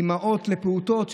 אימהות לפעוטות,